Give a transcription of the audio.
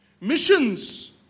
missions